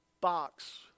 box